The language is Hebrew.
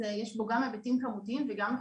יש בו גם היבטים כמותיים וגם איכותניים.